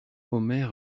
omer